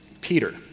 Peter